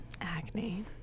Acne